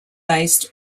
based